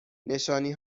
نشانی